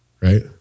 Right